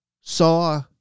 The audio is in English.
saw